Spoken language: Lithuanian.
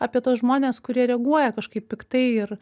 apie tuos žmones kurie reaguoja kažkaip piktai ir